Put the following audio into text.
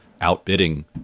outbidding